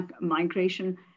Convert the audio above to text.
migration